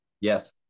Yes